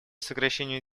сокращению